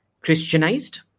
Christianized